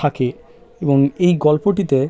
থাকে এবং এই গল্পটিতে